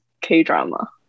K-drama